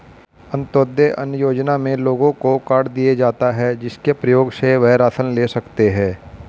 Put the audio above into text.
अंत्योदय अन्न योजना में लोगों को कार्ड दिए जाता है, जिसके प्रयोग से वह राशन ले सकते है